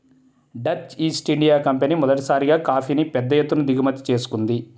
Dutch East India Company మొదటిసారిగా కాఫీని పెద్ద ఎత్తున దిగుమతి చేసుకుంది